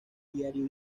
diario